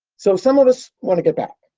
so, some of us want to get back.